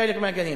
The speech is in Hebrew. חלק מהגנים.